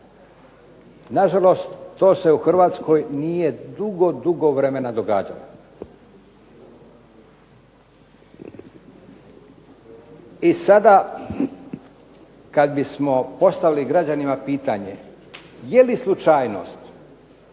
Nažalost, to se u Hrvatskoj nije dugo, dugo vremena događalo. I sada kad bismo postavili građanima pitanje je li slučajnost,